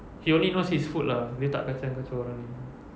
he only knows his food lah dia tak akan kacau orang lain